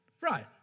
Right